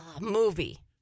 Movie